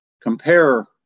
compare